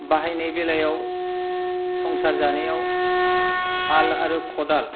बाहायनाय बेलायाव संसार जानायाव हाल आरो खदाल